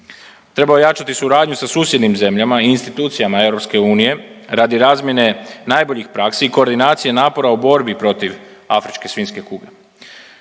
Treba ojačati suradnju sa susjednim zemljama i institucijama EU radi razmjene najboljih praksi i koordinacije napora u borbi protiv afričke svinjske kuge.